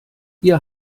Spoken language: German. ihr